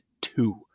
two